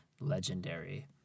Legendary